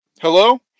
Hello